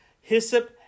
hyssop